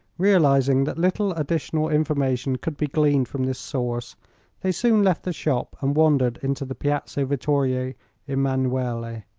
realizing that little additional information could be gleaned from this source they soon left the shop and wandered into the piazzo vittorio emanuele,